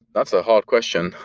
that's a hard question.